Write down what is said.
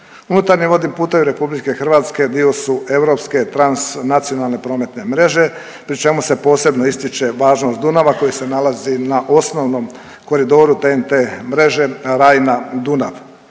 Unutarnji vodni putevi RH dio su europske transnacionalne prometne mreže, pri čemu se posebno ističe važnost Dunava koji se nalazi na osnovnom koridoru TEN-T mreže Rajna-Dunav.